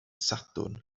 sadwrn